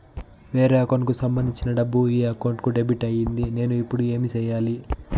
వేరే అకౌంట్ కు సంబంధించిన డబ్బు ఈ అకౌంట్ కు డెబిట్ అయింది నేను ఇప్పుడు ఏమి సేయాలి